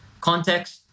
context